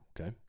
Okay